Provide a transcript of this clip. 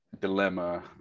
dilemma